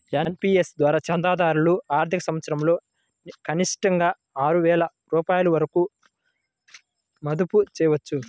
NPS ద్వారా చందాదారులు ఆర్థిక సంవత్సరంలో కనిష్టంగా ఆరు వేల రూపాయల వరకు మదుపు చేయవచ్చు